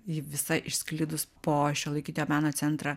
ji visa išsklidus po šiuolaikinio meno centrą